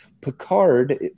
Picard